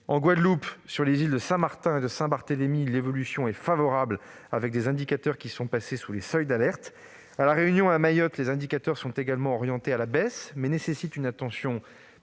En Guadeloupe, sur les îles de Saint-Martin et de Saint-Barthélemy, l'évolution est favorable, avec des indicateurs qui sont passés sous les seuils d'alerte. À La Réunion et à Mayotte, les indicateurs sont également orientés à la baisse, mais nécessitent une attention